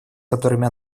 которыми